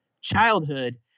childhood